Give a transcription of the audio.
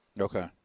Okay